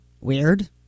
Weird